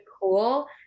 cool